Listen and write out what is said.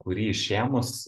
kurį išėmus